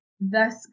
thus